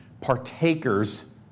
partakers